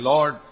Lord